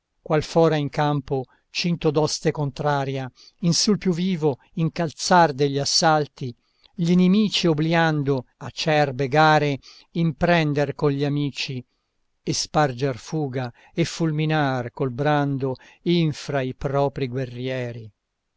così qual fora in campo cinto d'oste contraria in sul più vivo incalzar degli assalti gl'inimici obbliando acerbe gare imprender con gli amici e sparger fuga e fulminar col brando infra i propri guerrieri